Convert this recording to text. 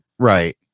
right